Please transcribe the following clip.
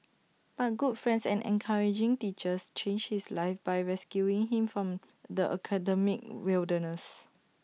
but good friends and encouraging teachers changed his life by rescuing him from the academic wilderness